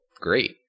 great